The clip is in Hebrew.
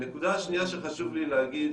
הנקודה השנייה שחשוב לי להגיד,